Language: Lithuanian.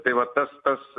tai va tas tas